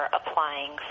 applying